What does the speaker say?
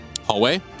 hallway